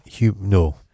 no